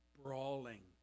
brawling